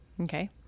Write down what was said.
Okay